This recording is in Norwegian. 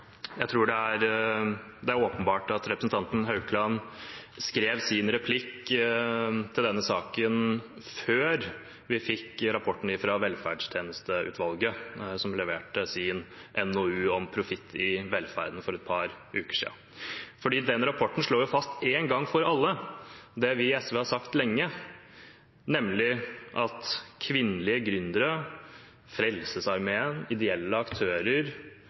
Det er åpenbart at representanten Haukland skrev sin replikk til denne saken før vi fikk rapporten fra Velferdstjenesteutvalget, som leverte sin NOU om profitt i velferden for et par uker siden. Den rapporten slår fast én gang for alle det vi i SV har sagt lenge, nemlig at kvinnelige gründere, Frelsesarmeen, ideelle aktører,